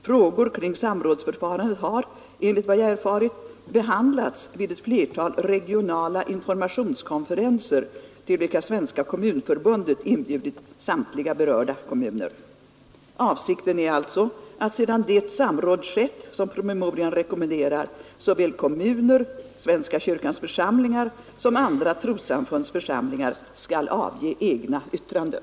Frågor kring samrådsförfarandet har, enligt vad jag erfarit, behandlats vid ett flertal regionala informa tionskonferenser till vilka Svenska kommunförbundet inbjudit samtliga berörda kommuner. Avsikten är alltså att sedan det samråd skett, som promemorian rekommenderar, såväl kommuner, svenska kyrkans församlingar som andra trossamfunds församlingar skall avge egna yttranden.